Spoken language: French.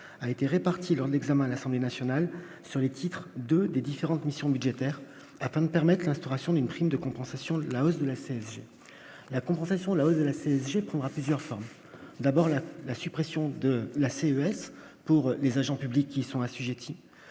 a été répartie lors de l'examen à l'Assemblée nationale sur les titres 2 des différentes missions budgétaires afin de permette l'instauration d'une prime de compensation de la hausse de la CSG, la compensation de la hausse de la CSG pourra plusieurs formes d'abord la suppression de la CES pour les agents publics qui sont assujettis,